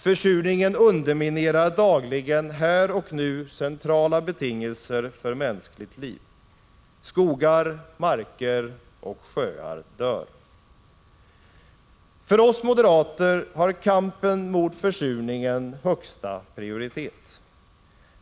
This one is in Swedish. Försurningen underminerar dagligen — här och nu — centrala betingelser för mänskligt liv. Skogar, marker och sjöar dör. För oss moderater har kampen mot försurningen högsta prioritet.